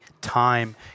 time